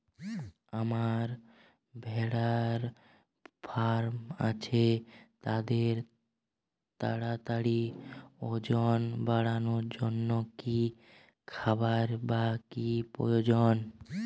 আমার ভেড়ার ফার্ম আছে তাদের তাড়াতাড়ি ওজন বাড়ানোর জন্য কী খাবার বা কী প্রয়োজন?